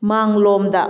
ꯃꯥꯡꯂꯣꯝꯗ